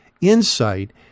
insight